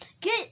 get